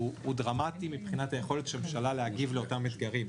דרמטי מבחינת היכולת של הממשלה להגיב לאותם אתגרים.